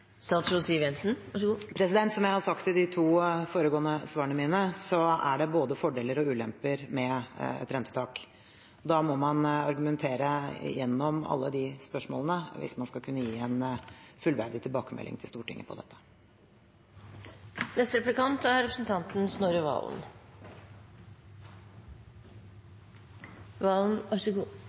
Som jeg har sagt i de to foregående svarene mine, er det både fordeler og ulemper med et rentetak. Da må man argumentere gjennom alle de spørsmålene hvis man skal kunne gi en fullverdig tilbakemelding til Stortinget på